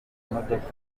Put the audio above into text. imodoka